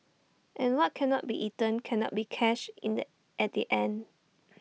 and what cannot be eaten cannot be cashed in at the bank